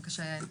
בבקשה, יעל.